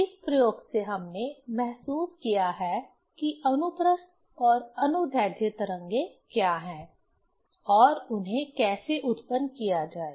इस प्रयोग से हमने महसूस किया है कि अनुप्रस्थ और अनुदैर्ध्य तरंगें क्या हैं और उन्हें कैसे उत्पन्न किया जाए